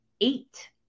eight